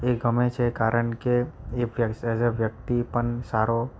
એ ગમે છે કારણ કે એ એઝ અ વ્યક્તિ પણ સારો